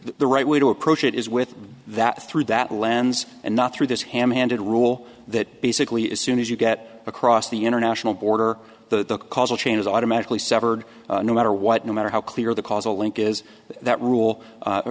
the right way to approach it is with that through that lens and not through this ham handed rule that basically as soon as you get across the international border the causal chain is automatically severed no matter what no matter how clear the causal link is that rule